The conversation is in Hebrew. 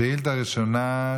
השאילתה הראשונה,